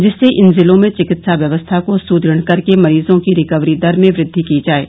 जिससे इन जिलों में चिकित्सा व्यवस्था को सुदृढ़ करके मरीजों की रिकवरी दर में वृद्वि की जाये